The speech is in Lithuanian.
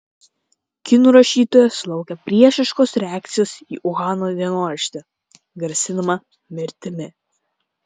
kinų rašytoja sulaukė priešiškos reakcijos į uhano dienoraštį grasinama mirtimi